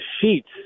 sheets